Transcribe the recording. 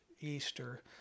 Easter